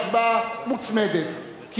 והצבעה עליה כמוה כהצבעה מוצמדת,